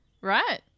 right